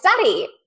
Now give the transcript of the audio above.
study